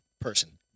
person